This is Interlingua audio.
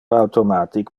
automatic